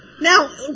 Now